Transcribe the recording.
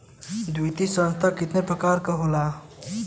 वित्तीय संस्था कितना प्रकार क होला?